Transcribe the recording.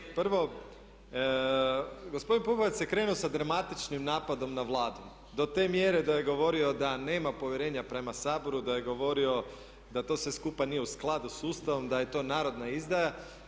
Prvo, gospodin Pupovac je krenuo sa dramatičnim napadom na Vladu do te mjere da je govorio da nema povjerenja prema Saboru, da je govorio da to sve skupa nije u skladu sa Ustavom, da je to narodna izdaja.